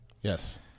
Yes